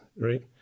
right